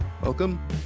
Welcome